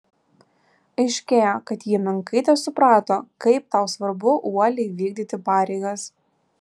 aiškėja kad ji menkai tesuprato kaip tau svarbu uoliai vykdyti pareigas